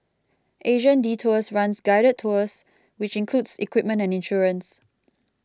Asian Detours runs guided tours which includes equipment and insurance